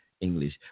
English